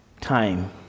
time